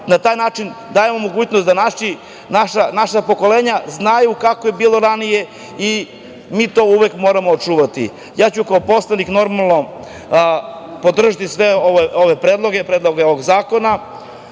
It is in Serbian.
na taj način dajemo mogućnost da naša pokolenja znaju kako je bilo ranije. Mi to uvek moramo čuvati. Ja ću kao poslanik podržati sve ove predloge, predloge ovih zakona,